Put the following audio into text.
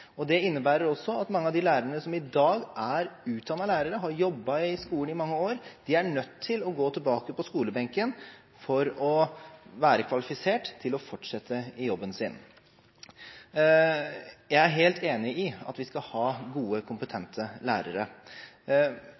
lærere. Det innebærer også at mange av de lærerne som i dag er utdannet lærere og har jobbet i skolen i mange år, er nødt til å gå tilbake på skolebenken for å være kvalifisert til å fortsette i jobben sin. Jeg er helt enig i at vi skal ha gode, kompetente lærere,